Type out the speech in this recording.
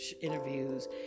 interviews